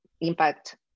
impact